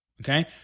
okay